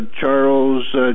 Charles